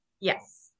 Yes